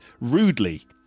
rudely